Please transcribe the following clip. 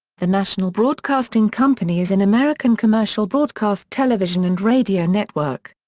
the national broadcasting company is an american commercial broadcast television and radio network.